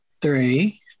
Three